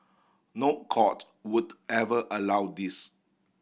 no court would ever allow this